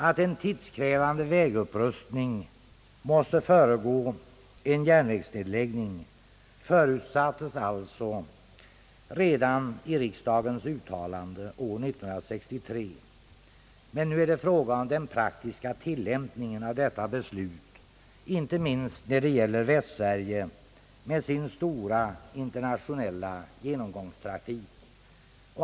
Att en tidskrävande vägupprustning måste föregå en järnvägsnedläggning förutsattes alltså redan i riksdagens uttalande år 1963. Nu är det fråga om den praktiska tillämpningen av detta beslut, inte minst när det gäller Västsverige med dess stora internationella genomgångstrafik.